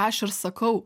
aš ir sakau